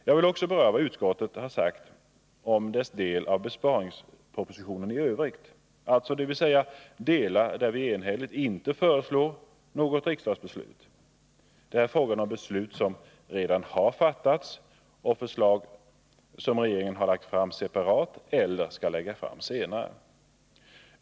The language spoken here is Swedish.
Jag vill också beröra vad utskottet har sagt om sin del av besparingspropositionen i övrigt, dvs. delar där vi enhälligt inte föreslår något riksdagsbeslut. Det är där fråga om beslut som redan har fattats och förslag som regeringen har lagt fram separat eller skall lägga fram senare.